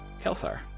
Kelsar